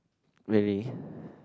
really